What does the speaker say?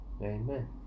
Amen